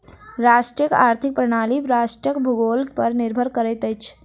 राष्ट्रक आर्थिक प्रणाली राष्ट्रक भूगोल पर निर्भर करैत अछि